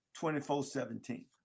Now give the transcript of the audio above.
24-17